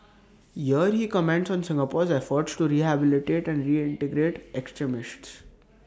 here he comments on Singapore's efforts to rehabilitate and reintegrate extremists